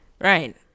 right